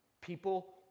people